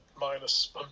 minus